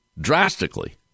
drastically